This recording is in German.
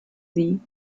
sie